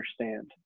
understand